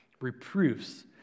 Reproofs